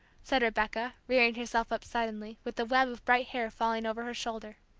said rebecca, rearing herself up suddenly, with a web of bright hair falling over her shoulder.